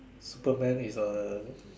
Superman is uh